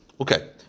Okay